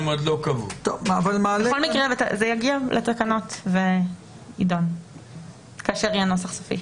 הם עוד לא קבעו.\ בכל מקרה זה יגיע לתקנות ויידון כאשר יהיה נוסח סופי.